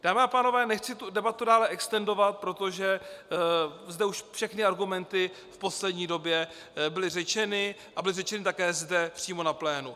Dámy a pánové, nechci tu debatu dále extendovat, protože zde už všechny argumenty v poslední době byly řečeny a byly řečeny také přímo zde na plénu.